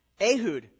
Ehud